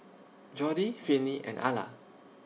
Jordi Finley and Ala